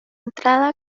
entrada